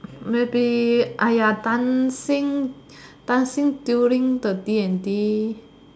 maybe !aiya! dancing dancing during the D and D